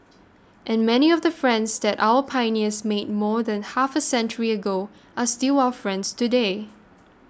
and many of the friends that our pioneers made more than half a century ago are still our friends today